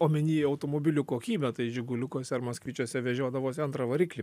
omeny automobilių kokybę tai žiguliukuose ar maskvičiuose vežiodavosi antrą variklį